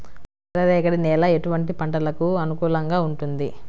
ఎర్ర రేగడి నేల ఎటువంటి పంటలకు అనుకూలంగా ఉంటుంది?